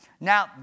Now